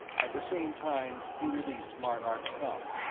at the same time, he released marnark's thumb.